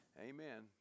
Amen